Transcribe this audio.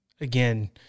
again